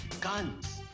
Guns